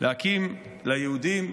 להקים ליהודים,